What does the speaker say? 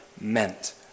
meant